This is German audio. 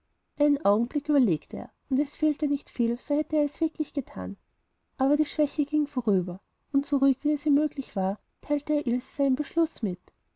einen augenblick überlegte er und es fehlte nicht viel so hätte er es wirklich gethan aber die schwäche ging vorüber und so ruhig wie es ihm möglich war teilte er ilse seinen beschluß mit